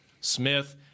smith